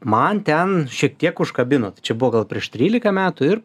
man ten šiek tiek užkabino tai čia buvo gal prieš trylika metų ir